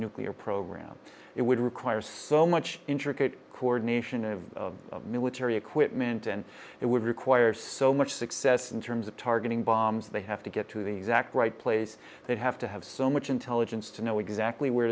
nuclear program it would require so much interest coordination of of military equipment and it would require so much success in terms of targeting bombs they have to get to the exact right place they have to have so much intelligence to know exactly where